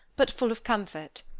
but full of comfort.